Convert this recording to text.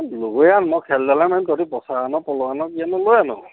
লগৰীয়া মই খেয়ালি জালহে মাৰিম তহঁতি পছা আন পলহ আন কি আন লৈ আন আৰু